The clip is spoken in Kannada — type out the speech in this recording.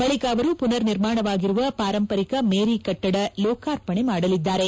ಬಳಿಕ ಅವರು ಪುನರ್ ನಿರ್ಮಾಣವಾಗಿರುವ ಪಾರಂಪರಿಕ ಮೇರಿ ಕಟ್ವದ ಲೋಕಾರ್ಪಣೆ ಮಾಡಲಿದ್ದಾರೆ